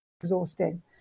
exhausting